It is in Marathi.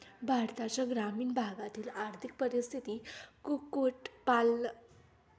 भारताच्या ग्रामीण भागातील आर्थिक परिस्थिती कुक्कुट पालन व्यवसायाने सुधारत आहे